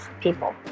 people